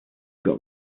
got